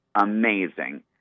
amazing